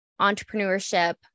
entrepreneurship